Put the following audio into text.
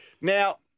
Now